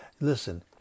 Listen